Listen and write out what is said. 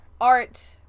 art